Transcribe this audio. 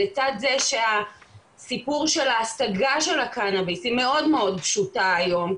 לצד זה שהסיפור של ההשגה של הקנאביס היא מאוד מאוד פשוטה היום.